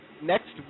Next